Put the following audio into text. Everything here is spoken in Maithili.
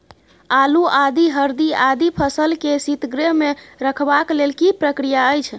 आलू, आदि, हरदी आदि फसल के शीतगृह मे रखबाक लेल की प्रक्रिया अछि?